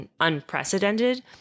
unprecedented